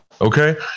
okay